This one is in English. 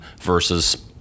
versus